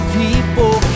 people